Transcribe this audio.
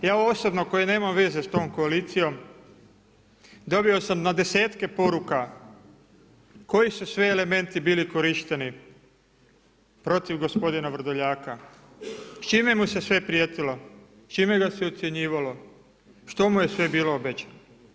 Ja osobno koji nemam veze s tom koalicijom dobio sam na desetke poruka koji su sve elementi bili korišteni protiv gospodina Vrdoljaka, s čime mu se sve prijetilo, čime ga s ucjenjivalo, što mu je sve bilo obećano.